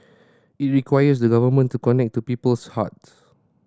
it requires the Government to connect to people's hearts